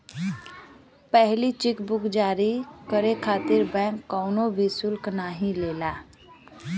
पहिला cheque book जारी करे खातिर बैंक कउनो भी शुल्क नाहीं लेला